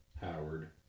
Howard